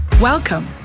Welcome